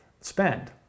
spend